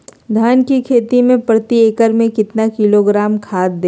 धान की खेती में प्रति एकड़ में कितना किलोग्राम खाद दे?